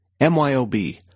MYOB